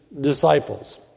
disciples